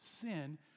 sin